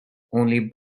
only